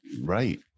right